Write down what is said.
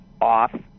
off